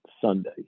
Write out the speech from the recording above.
Sunday